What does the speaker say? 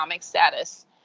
status